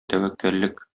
тәвәккәллек